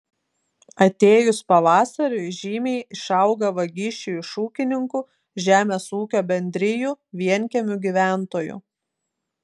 atėjus pavasariui žymiai išauga vagysčių iš ūkininkų žemės ūkio bendrijų vienkiemių gyventojų